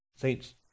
Saints